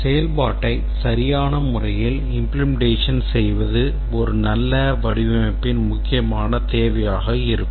செயல்பாட்டை சரியான முறையில் implementation செய்வது ஒரு நல்ல வடிவமைப்பின் முக்கியமான தேவையாக இருக்கும்